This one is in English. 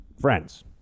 friends